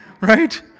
Right